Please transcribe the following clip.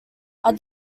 are